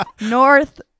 North